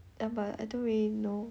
ya but I don't really know